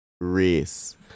race